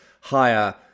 higher